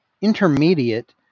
Intermediate